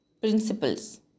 principles